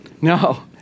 No